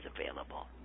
available